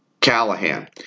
Callahan